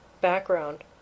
background